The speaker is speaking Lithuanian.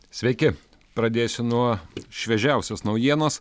sveiki pradėsiu nuo šviežiausios naujienos